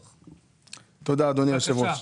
תודה, אדוני היושב-ראש.